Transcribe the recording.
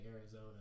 Arizona